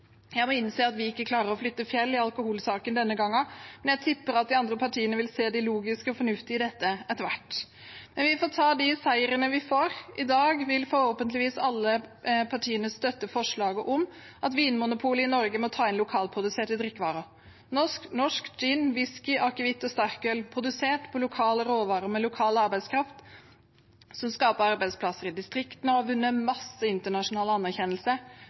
Jeg må innse at vi ikke klarer å flytte fjell i alkoholsaken denne gangen, men jeg tipper at de andre partiene vil se det logiske og fornuftige i dette etter hvert. Vi får ta de seirene vi får. I dag vil forhåpentligvis alle partiene støtte forslaget om at Vinmonopolet i Norge må ta inn lokalproduserte drikkevarer. Norsk gin, whisky, akevitt og sterkøl produsert på lokale råvarer med lokal arbeidskraft, som skaper arbeidsplasser i distriktene og har vunnet masse internasjonal anerkjennelse,